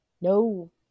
No